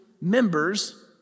members